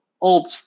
old